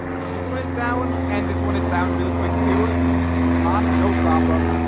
and this weighs down, and this one is found real quick to come on no problem.